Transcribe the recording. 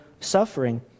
suffering